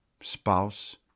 spouse